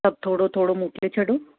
सभु थोरो थोरो मोकिले छॾियो